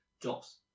jobs